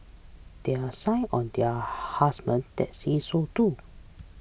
there are sign on their that say so too